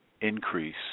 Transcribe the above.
increase